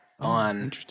on